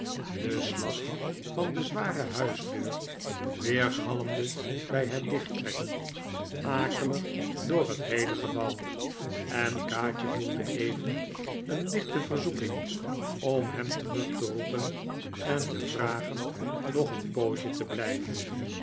de slag van de zware huisdeur weergalmde bij het dichttrekken akelig door het heele gebouw en kaatje voelde even een lichte verzoeking om hem terug te roepen en te vragen nog een poosje te blijven